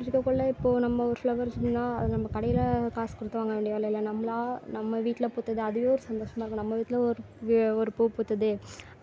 அப்படி இருக்கக்குள்ளே இப்போ நம்ம ஒரு ஃப்ளவர்ஸுனா அது நம்ம கடையில் காசு கொடுத்து வாங்க வேண்டிய வேலை இல்லை நம்ம நம்ம வீட்டில் பூத்தது அதுவே ஒரு சந்தோஷமா இருக்கும் நம்ம வீட்டில் ஒரு பூ பூத்தது